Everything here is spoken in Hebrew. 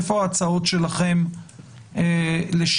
איפה ההצעות שלכם לשינוי?